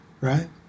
right